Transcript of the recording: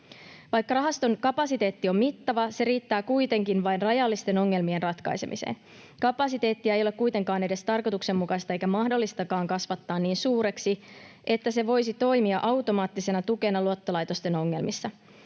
Vaikka rahaston kapasiteetti on mittava, se riittää kuitenkin vain rajallisten ongelmien ratkaisemiseen. Kapasiteettia ei ole kuitenkaan edes tarkoituksenmukaista eikä mahdollistakaan kasvattaa niin suureksi, että se voisi toimia automaattisena tukena luottolaitosten ongelmissa.